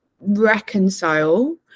reconcile